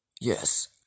Yes